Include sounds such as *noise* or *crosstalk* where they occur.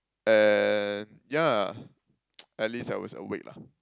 and yeah *noise* at least I was awake lah